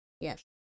Yes